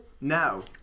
No